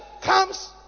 comes